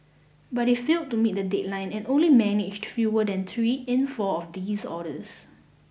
but it failed to meet the deadline and only managed fewer than three in four of these orders